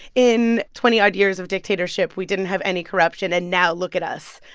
in twenty odd years of dictatorship, we didn't have any corruption. and now look at us.